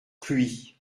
cluis